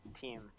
team